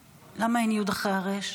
למה אין יו"ד אחרי הרי"ש?